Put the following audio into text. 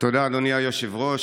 תודה, אדוני היושב-ראש.